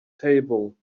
table